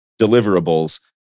deliverables